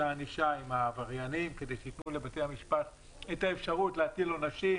הענישה עם העבריינים כדי שייתנו לבתי המשפט את האפשרות להטיל עונשים,